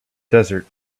desert